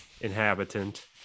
inhabitant